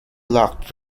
lock